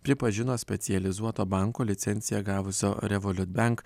pripažino specializuoto banko licenciją gavusio revolut bank